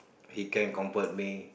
he can comfort me